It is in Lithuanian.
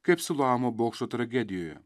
kaip sulamo bokšto tragedijoje